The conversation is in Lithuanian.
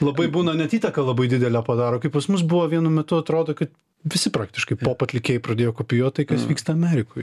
labai būna net įtaką labai didelę padaro kaip pas mus buvo vienu metu atrodo kad visi praktiškai atlikėjai pradėjo kopijuot tai kas vyksta amerikoj